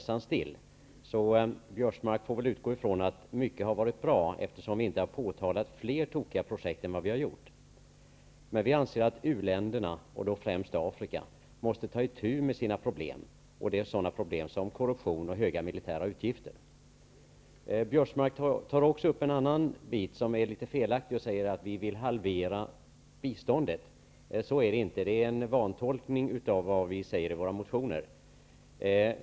Karl-Göran Biörsmark får väl utgå från att mycket har varit bra, eftersom vi inte har påtalat fler tokiga projekt än vad vi har gjort. Vi anser att u-länderna främst i Afrika måste ta itu med sina problem, sådana som korruption och höga militära utgifter. Karl-Göran Biörsmark tar också upp en annan sak och återger den litet felaktigt. Han säger att vi vill halvera biståndet. Så är det inte. Det är en vantolkning av vad vi föreslår i våra motioner.